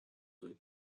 کنید